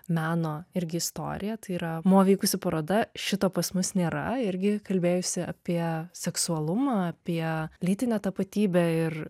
meno irgi istoriją tai yra mo vykusi paroda šito pas mus nėra irgi kalbėjusi apie seksualumą apie lytinę tapatybę ir